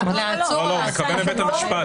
הוא מקבל מבית המשפט.